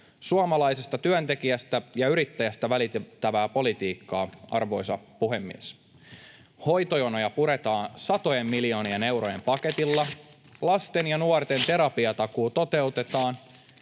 Suomalaisesta työntekijästä ja yrittäjästä välittävää politiikkaa, arvoisa puhemies. Hoitojonoja puretaan satojen miljoonien eurojen paketilla. Lasten ja nuorten terapiatakuu toteutetaan.